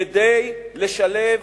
כדי לשלב